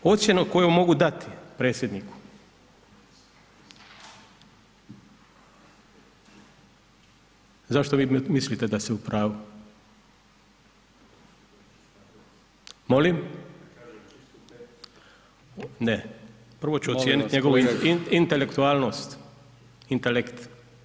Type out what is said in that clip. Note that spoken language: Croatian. Ocjenu koju mogu dati predsjedniku, zašto vi mislite da ste u pravu, molim, ne, [[Upadica: Molim vas kolega.]] prvo ću ocijeniti njegovu intelektualnost, intelekt.